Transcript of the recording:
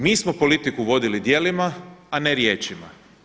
Mi smo politiku vodili djelima a ne riječima.